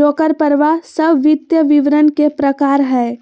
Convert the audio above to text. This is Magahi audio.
रोकड़ परवाह सब वित्तीय विवरण के प्रकार हय